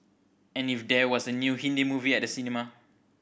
and if there was a new Hindi movie at the cinema